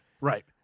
Right